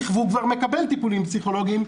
והוא כבר מקבל טיפולים פסיכולוגיים,